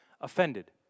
offended